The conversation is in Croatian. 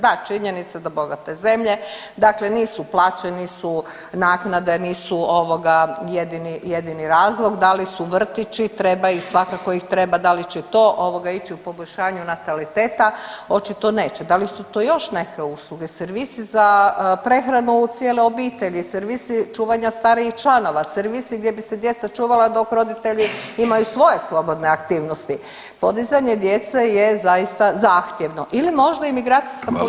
Da, činjenica da bogate zemlje, dakle nisu, plaćeni su naknade, nisu ovoga, jedini razlog, da li su vrtići, treba ih, svakako ih treba, da li će to ovoga, ići u poboljšanje nataliteta, očito neće, da li su to još neke usluge, servisi za prehranu cijele obitelji, servisi čuvanja starijih članova, servisi gdje bi se djeca čuvala dok roditelji imaju svoje slobodne aktivnosti, podizanje djece je zaista zahtjevno ili možda imigracijska [[Upadica: Hvala.]] politika.